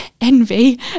envy